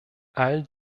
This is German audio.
all